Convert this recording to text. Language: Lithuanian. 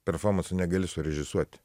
performanso negali surežisuot